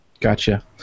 Gotcha